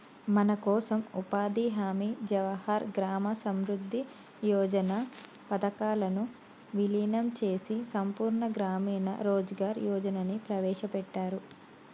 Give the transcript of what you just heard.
మనకోసం ఉపాధి హామీ జవహర్ గ్రామ సమృద్ధి యోజన పథకాలను వీలినం చేసి సంపూర్ణ గ్రామీణ రోజ్గార్ యోజనని ప్రవేశపెట్టారు